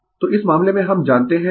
तो इस मामले में हम जानते है Y1Z